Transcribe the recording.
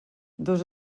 dos